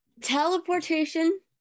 Teleportation